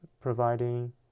providing